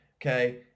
Okay